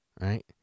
right